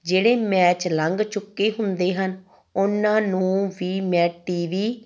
ਜਿਹੜੇ ਮੈਚ ਲੰਘ ਚੁੱਕੇ ਹੁੰਦੇ ਹਨ ਉਹਨਾਂ ਨੂੰ ਵੀ ਮੈਂ ਟੀ ਵੀ